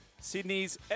Sydney's